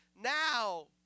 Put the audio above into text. Now